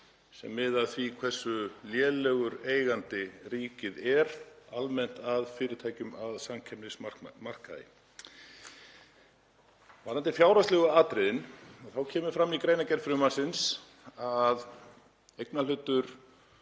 sem lúta að því hversu lélegur eigandi ríkið er almennt að fyrirtækjum á samkeppnismarkaði. Varðandi fjárhagslegu atriðin þá kemur fram í greinargerð frumvarpsins að eignarhlutur